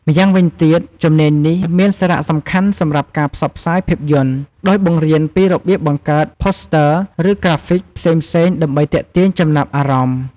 ម្យ៉ាងវិញទៀត ជំនាញនេះមានសារៈសំខាន់សម្រាប់ការផ្សព្វផ្សាយភាពយន្ត ដោយបង្រៀននិស្សិតពីរបៀបបង្កើត ផូស្ទើ (Poster) ឬក្រាហ្វិក ផ្សេងៗដើម្បីទាក់ទាញចំណាប់អារម្មណ៍។